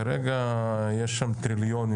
כרגע יש שם טריליונים